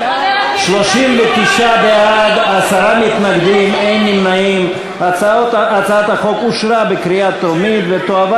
ההצעה להעביר את הצעת חוק אימוץ ילדים (תיקון,